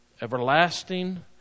Everlasting